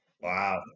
Wow